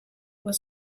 was